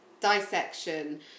dissection